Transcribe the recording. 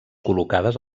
col·locades